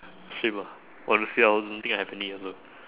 same ah honestly I don't think I have any also